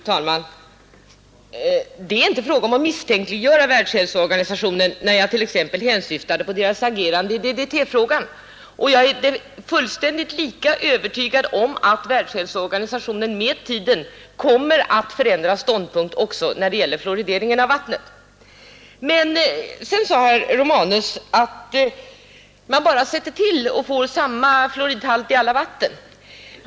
Fru talman! Det är inte fråga om att misstänkliggöra Världshälsoorganisationen när jag t.ex. hänsyftar på dess agerande i DDT-frågan, Jag är lika övertygad om att Världshälsoorganisationen med tiden kommer att ändra ståndpunkt också när det gäller fluoridering av vattnet. Sedan sade herr Romanus att man bara sätter till och får samma fluorhalt i alla vatten.